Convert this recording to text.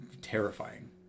terrifying